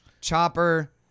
chopper